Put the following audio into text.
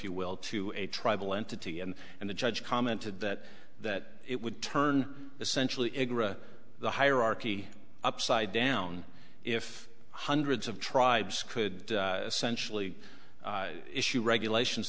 you will to a tribal entity and and the judge commented that that it would turn essentially the hierarchy upside down if hundreds of tribes could sensually issue regulations